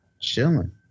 chilling